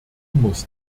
muss